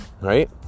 Right